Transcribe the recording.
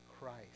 christ